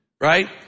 right